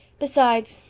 besides,